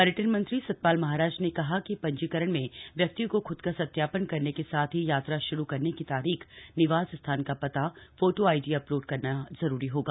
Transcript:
पर्यटन मंत्री सतपाल महाराज ने कहा कि पंजीकरण में व्यक्ति को खुद का सत्यापन करने के साथ ही यात्रा शुरू करने की तारीख निवास स्थान का पता फोटो आईडी अपलोड करना जरूरी होगा